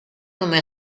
come